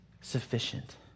sufficient